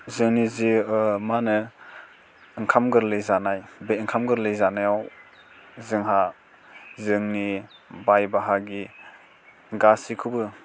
जोंनि जे मा होनो ओंखाम गोरलै जानाय बे ओंखाम गोरलै जानायाव जोंहा जोंनि बाय बाहागि गासैखौबो